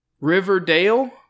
riverdale